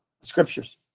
scriptures